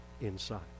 inside